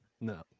No